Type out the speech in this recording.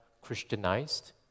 Christianized